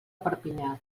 perpinyà